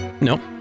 No